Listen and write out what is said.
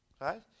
right